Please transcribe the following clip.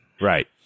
Right